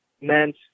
meant